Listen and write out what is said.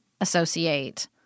associate